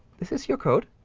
this is your code.